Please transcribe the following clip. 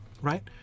right